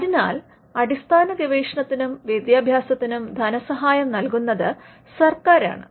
അതിനാൽഅടിസ്ഥാന ഗവേഷണത്തിനും വിദ്യാഭ്യാസത്തിനും ധനസഹായം നൽകുന്നത് സർക്കാരാണ്